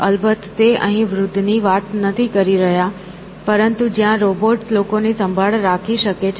અલબત્ત તે અહીં વૃદ્ધ ની વાત નથી કરી રહ્યા પરંતુ જ્યાં રોબોટ્સ લોકોની સંભાળ રાખી શકે છે